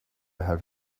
have